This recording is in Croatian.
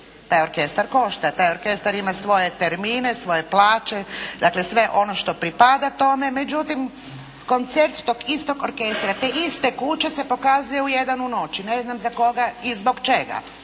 Taj orkestar košta. Taj orkestar ima svoje termine, svoje plaće, dakle sve ono što pripada tome. Međutim, koncert tog istog orkestra, te iste kuće se pokazuje u jedan u noći. Ne znam za koga i zbog čega.